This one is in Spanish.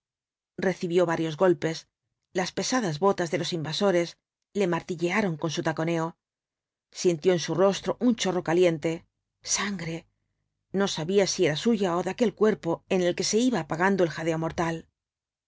recibió varios golpes las pesadas botas de los invasores le martillearon con su taconeo sintió en su rostro un chorro caliente sangre no sabía si era suya ó de aquel cuerpo en el que se iba apagando el jadeo mortal